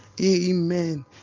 Amen